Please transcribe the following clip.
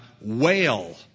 Wail